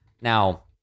Now